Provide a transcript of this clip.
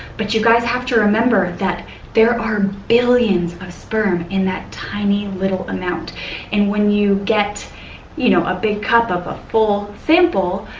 but you guys have to remember that there are billions of sperm in that tiny little amount and when you get you know a big cup of a full sample,